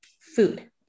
food